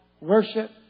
Worship